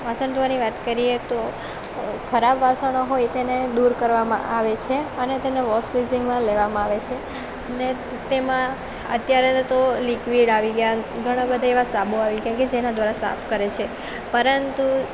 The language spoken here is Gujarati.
વાસણ ધોવાની વાત કરીએ તો ખરાબ વાસણો હોય તેને દૂર કરવામાં આવે છે અને તેને વૉશબેસિનમાં લેવામાં આવે છે અને તેમાં અત્યારે તો લિક્વિડ આવી ગયા ઘણાં બધા એવા સાબુ આવી ગયા કે જેને દ્વારા સાફ કરે છે પરંતુ